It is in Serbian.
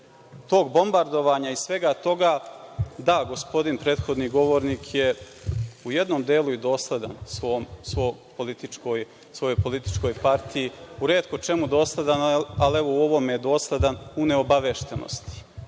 tog bombardovanja i svega toga, da, gospodin prethodni govornik je u jednom delu i dosledan svojoj političkoj partiji, u retko čemu dosledan, ali evo u ovome je dosledan, u neobaveštenosti.